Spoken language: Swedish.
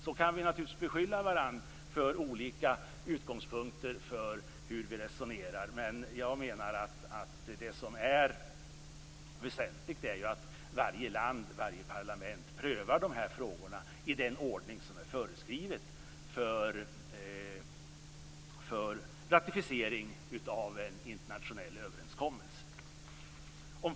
Vi kan naturligtvis beskylla varandra för hur vi resonerar från olika utgångspunkter. Men jag menar att det väsentliga är att varje land, varje parlament prövar de här frågorna i den ordning som är föreskriven för ratificering av en internationell överenskommelse.